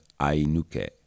Ainuke